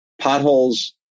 potholes